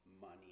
money